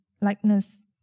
likeness